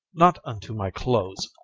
not unto my clothes.